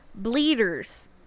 Bleeders